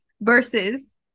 versus